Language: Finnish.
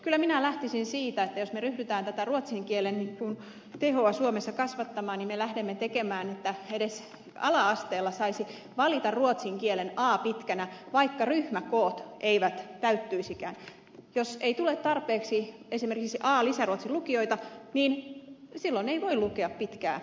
kyllä minä lähtisin siitä että jos me ryhdymme tätä ruotsin kielen tehoa suomessa kasvattamaan niin me lähdemme tekemään niin että edes ala asteella saisi valita ruotsin a lisäkielen vaikka ryhmäkoot eivät täyttyisikään jos ei tule tarpeeksi esimerkisiaalisen lukioita vi simone lo ja pitkää